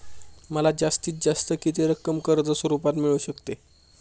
मला जास्तीत जास्त किती रक्कम कर्ज स्वरूपात मिळू शकते?